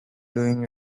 doing